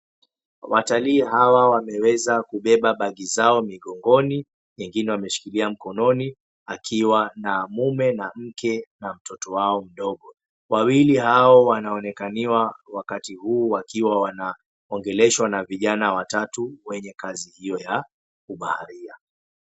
Watalii hawa wameweza kubeba bagi zao migongoni nyingine wameshikilia mikononi akiwa na mume na mke na mtoto wao mdogo. Wawili hao wanaonekaniwa wakati huu wakiwa wanaongeleshwa na vijana watatu wenye kazi hio ya ubaharia.